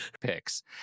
picks